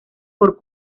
por